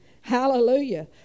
Hallelujah